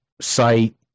site